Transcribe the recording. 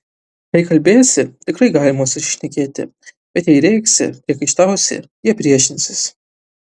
jei kalbiesi tikrai galima susišnekėti bet jei rėksi priekaištausi jie priešinsis